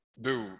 dude